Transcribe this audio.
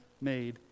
made